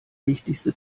wichtigste